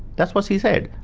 that's what she said.